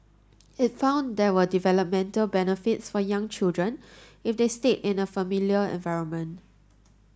it found there were developmental benefits for young children if they stayed in a familiar environment